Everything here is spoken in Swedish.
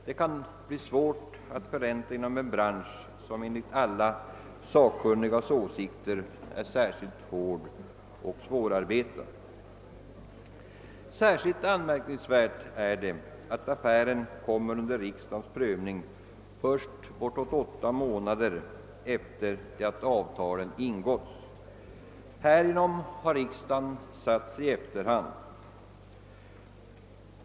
Det kan bli svårt att förränta detta inom en bransch som enligt alla sakkunnigas åsikt är särskilt hård och svårarbetad. Speciellt anmärkningsvärt är det att affären kommer under riksdagens prövning först bortåt åtta månader efter det att avtalen ingåtts. Härigenom har riksdagen satts i efterhand.